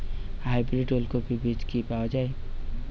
Hybrid ওলকফি বীজ কি পাওয়া য়ায়?